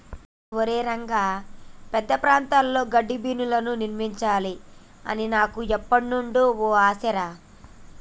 ఒరై రంగ పెద్ద ప్రాంతాల్లో గడ్డిబీనులు నిర్మించాలి అని నాకు ఎప్పుడు నుండో ఓ ఆశ రా